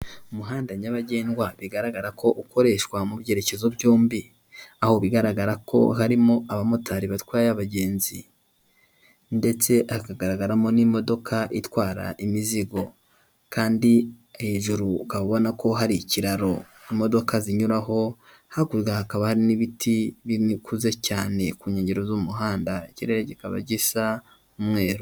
Umuhanda nyabagendwa bigaragara ko ukoreshwa mu byerekezo byombi ,aho bigaragara ko harimo abamotari batwaye abagenzi, ndetse hakagaragaramo n'imodoka itwara imizigo, kandi hejuru ukabona ko hari ikiraro, imodoka zinyuraho hakurya hakaba n'ibiti bikuze cyane ku nkengero z'umuhanda ikirere kikaba gisa umweru.